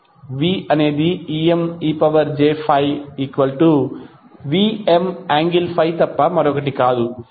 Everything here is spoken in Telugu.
V అనేది Vmej∅Vm∠∅ తప్ప మరొకటి కాదు